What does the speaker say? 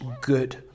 good